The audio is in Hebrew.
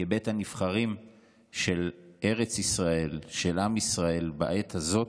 כבית הנבחרים של ארץ ישראל, של עם ישראל בעת הזאת,